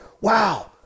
wow